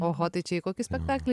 oho tai čia į kokį spektaklį